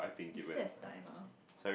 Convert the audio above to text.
you still have time uh